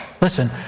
Listen